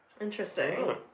Interesting